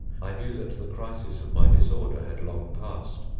i knew that the crisis of my disorder had long passed.